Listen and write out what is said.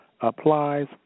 applies